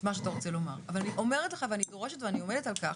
מה שאתה רוצה לומר אבל אני אומרת לך ואני דורשת ואני עומדת על כך.